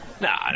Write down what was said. Nah